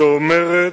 שאומרת